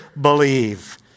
believe